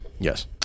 Yes